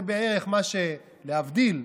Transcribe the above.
זה בערך, להבדיל,